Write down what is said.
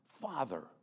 Father